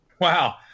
Wow